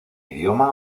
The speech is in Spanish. idioma